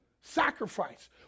sacrifice